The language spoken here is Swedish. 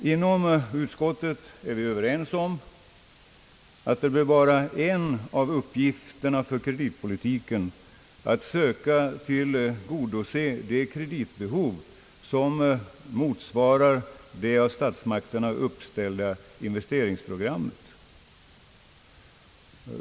Inom utskottet är vi överens om att det bör vara en av kreditpolitikens uppgifter att söka tillgodose de kreditbehov som motsvarar det av statsmakterna uppställda investeringsprogrammet.